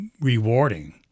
rewarding